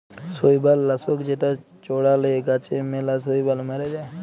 শৈবাল লাশক যেটা চ্ড়ালে গাছে ম্যালা শৈবাল ম্যরে যায়